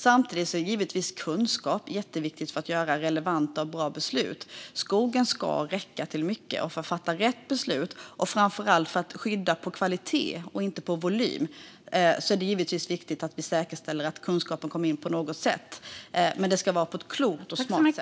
Samtidigt är kunskap givetvis jätteviktigt för att vi ska kunna ta relevanta och bra beslut. Skogen ska räcka till mycket, och för att fatta rätt beslut - och framför allt för att skydda utifrån kvalitet och inte utifrån volym - är det givetvis viktigt att vi säkerställer att kunskapen kommer in på något sätt. Det ska dock vara på ett klokt och smart sätt.